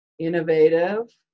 Innovative